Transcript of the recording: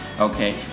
Okay